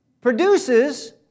produces